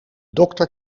dokter